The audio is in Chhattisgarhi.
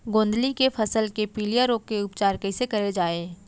गोंदली के फसल के पिलिया रोग के उपचार कइसे करे जाये?